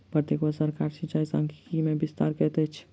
प्रत्येक वर्ष सरकार सिचाई सांख्यिकी मे विस्तार करैत अछि